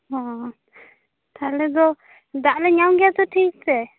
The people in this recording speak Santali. ᱦᱚᱸᱻ ᱛᱟᱦᱚᱞᱮ ᱫᱚ ᱫᱟᱜᱞᱮ ᱧᱟᱢ ᱜᱮᱭᱟᱛᱚ ᱴᱷᱤᱠᱛᱮ